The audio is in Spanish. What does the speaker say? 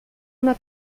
una